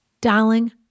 Darling